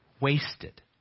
wasted